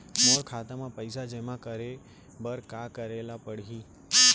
मोर खाता म पइसा जेमा करे बर का करे ल पड़ही?